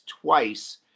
twice